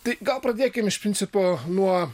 tai gal pradėkim iš principo nuo